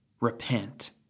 repent